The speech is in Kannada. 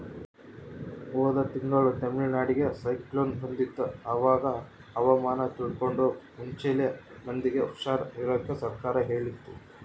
ಹೋದ ತಿಂಗಳು ತಮಿಳುನಾಡಿಗೆ ಸೈಕ್ಲೋನ್ ಬಂದಿತ್ತು, ಅವಾಗ ಹವಾಮಾನ ತಿಳ್ಕಂಡು ಮುಂಚೆಲೆ ಮಂದಿಗೆ ಹುಷಾರ್ ಇರಾಕ ಸರ್ಕಾರ ಹೇಳಿತ್ತು